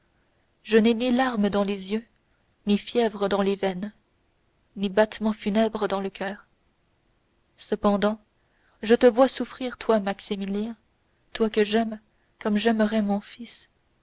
je n'ai ni larmes dans les yeux ni fièvre dans les veines ni battements funèbres dans le coeur cependant je te vois souffrir toi maximilien toi que j'aime comme j'aimerais mon fils